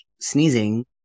sneezing